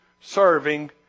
serving